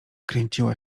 kręciła